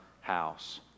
house